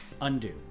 undo